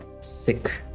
sick